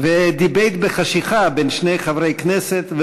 "דיבייט בחשכה" בין שני חברי כנסת,